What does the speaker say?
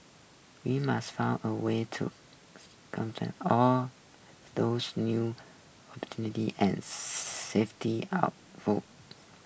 we must find a way to all those new and safety our votes